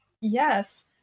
Yes